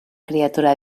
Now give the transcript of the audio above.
criatura